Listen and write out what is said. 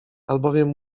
albowiem